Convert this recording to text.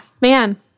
man